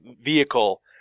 vehicle